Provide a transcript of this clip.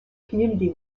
community